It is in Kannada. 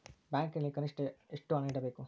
ಬ್ಯಾಂಕಿನಲ್ಲಿ ಕನಿಷ್ಟ ಎಷ್ಟು ಹಣ ಇಡಬೇಕು?